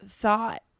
thought